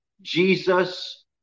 Jesus